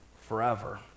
forever